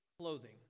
clothing